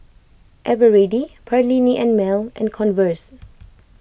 Eveready Perllini and Mel and Converse